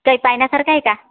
काही पाहण्यासारखं आहे का